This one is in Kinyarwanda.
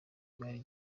y’imari